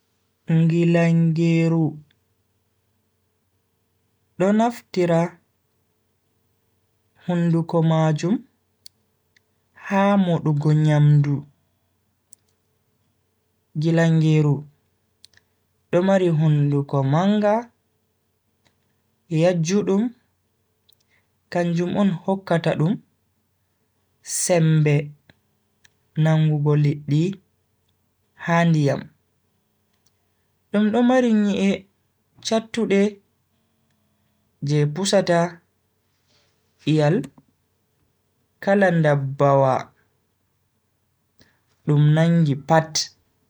Ngilangeeru do naftira hunduko majum ha modugo nyamdu. Ngilangeeru do mari hunduko manga, yajjudum, kanjum on hokkata dum sembe nangugo liddi ha ndiyam. Dum do mari nyi'e chattude je pusata iyal kala ndabbawa dum nangi pat.